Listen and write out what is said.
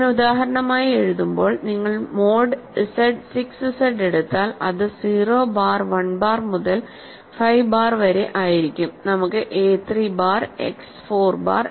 ഞാൻ ഉദാഹരണമായി എഴുതുമ്പോൾ നിങ്ങൾ Z മോഡ് 6 Z എടുത്താൽ അത് 0 ബാർ 1 ബാർ മുതൽ 5 ബാർ വരെ ആയിരിക്കും നമുക്ക് a 3 ബാർ x 4 ബാർ